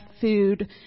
food